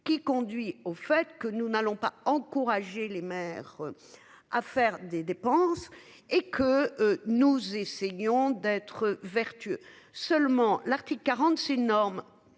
qui conduit au fait que nous n'allons pas encourager les maires. À faire des dépenses et que nous essayons d'être vertueux seulement l'Arctique 40 norme une norme